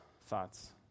thoughts